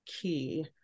key